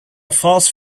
false